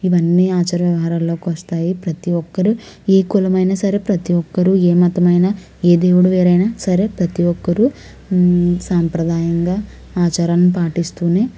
ఇవన్నీ ఆచార వ్యవహారాల్లోకోస్తాయి ప్రతి ఒక్కరు ఈ కులమైన సరే ప్రతి ఒక్కరూ ఏ మతమైనా ఏ దేవుడు వేరైనా సరే ప్రతి ఒక్కరూ సాంప్రదాయంగా ఆచరణ పాటిస్తూనే